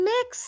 Mix